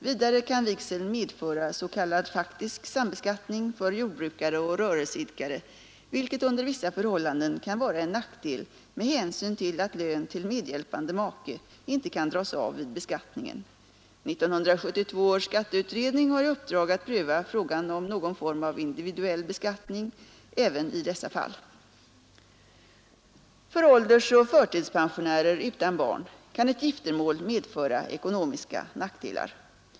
Vidare kan vigsel medföra s.k. faktisk sambeskattning för jordbrukare och rörelseidkare, vilket under vi förhållanden kan vara en nackdel med hänsyn till att lön till medhjälpande make inte kan dras av vid beskattningen. 1972 års skatteutredning har i uppdrag att pröva frågan om någon form av individuell beskattning även i dessa fall. För ålderseller förtidspensionärer utan barn kan ett giftermål medföra ekonomiska nackdelar.